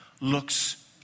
looks